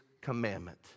commandment